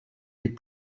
les